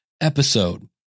episode